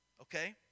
Okay